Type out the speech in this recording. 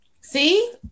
See